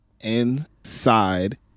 inside